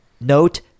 note